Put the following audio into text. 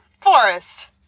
forest